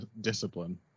discipline